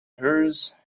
hers